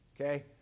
Okay